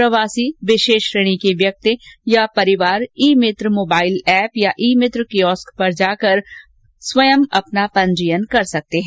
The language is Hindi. प्रवासी विशेष श्रेणी के व्यक्ति या परिवार ई मित्र मोबाइल एप या ई मित्र कियोस्क पर जाकर स्वयं अपना पंजीयन कर सकते हैं